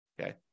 Okay